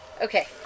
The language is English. Okay